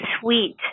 sweet